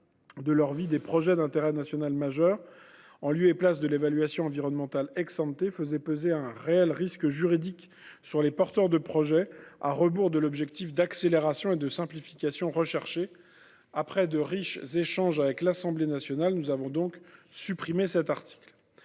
majeur tout au long de leur vie, en lieu et place de l’évaluation environnementale, faisait peser un réel risque juridique sur les porteurs de projet, à rebours de l’objectif d’accélération et de simplification recherché. Après de riches échanges avec l’Assemblée nationale, nous avons supprimé cet article.